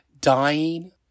dying